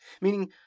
Meaning